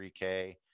3K